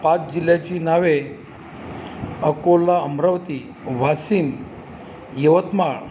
पाच जिल्ह्यांची नावे अकोला अमरावती वाशीम यवतमाळ